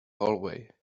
hallway